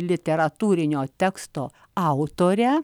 literatūrinio teksto autorę